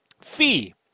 fee